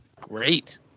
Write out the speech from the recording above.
great